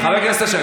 חבר הכנסת אשר,